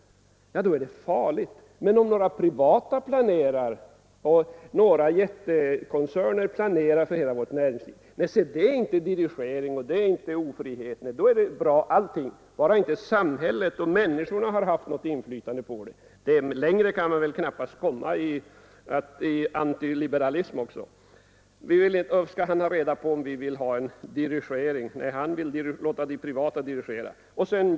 Ja, då är det farligt. Men om några privata jättekoncerner planerar för hela vårt näringsliv, då är det inte dirigering, det är inte ofrihet. Då är allting bra — bara inte samhället och människorna har haft något inflytande på utvecklingen. Längre kan man väl knappast komma i antiliberalism. Han vill ha reda på om vi vill ha en dirigering samtidigt som han vill låta de privata dirigera.